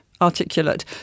articulate